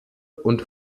und